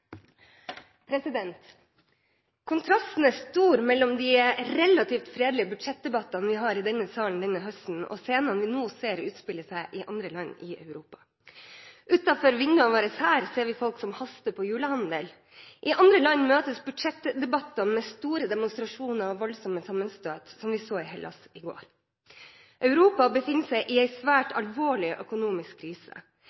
nå ser utspille seg i andre land i Europa. Utenfor vinduene våre her ser vi folk som haster forbi på julehandel. I andre land møtes budsjettdebattene med store demonstrasjoner og voldsomme sammenstøt, slik vi så i Hellas i går. Europa befinner seg i en svært